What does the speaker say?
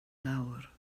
lawr